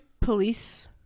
police